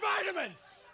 vitamins